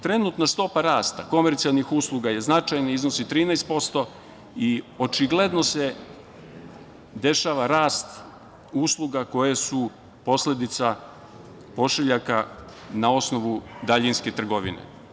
Trenutna stopa rasta komercijalnih usluga je značajna, iznosi 13% i očigledno se dešava rast usluga koje su posledica pošiljaka na osnovu daljinske trgovine.